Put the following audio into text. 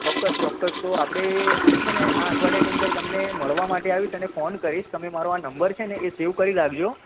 ચોક્કસ ચોક્કસ તો આપણે હું છે ને આ અઠવાડિયાની અંદર તમને મળવા માટે આવીશ અને ફોન કરીશ અને તમે મારો આ નંબર છે ને એ સેવ કરી રાખજો